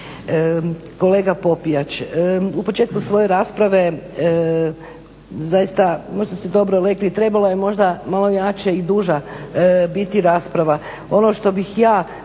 kolega Popijač, u početku svoje rasprave zaista možda ste dobro rekli, trebalo je možda malo jača i duža i biti rasprava. Ono što bih ja